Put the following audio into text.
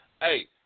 Hey